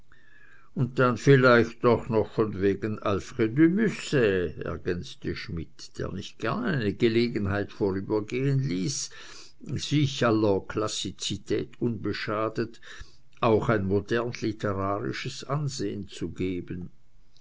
und dann vielleicht auch von wegen dem alfred de musset ergänzte schmidt der nicht gern eine gelegenheit vorübergehen ließ sich aller klassizität unbeschadet auch ein modern literarisches ansehen zu geben